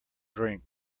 drink